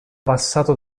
passato